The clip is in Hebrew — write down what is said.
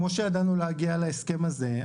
כמו שידענו להגיע להסכם הזה,